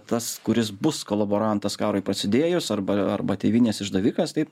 tas kuris bus kolaborantas karui prasidėjus arba arba tėvynės išdavikas taip